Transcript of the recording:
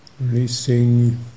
Releasing